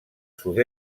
sud